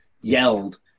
yelled